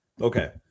Okay